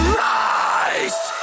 rise